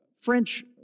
French